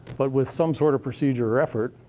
but with some sort of procedure or effort,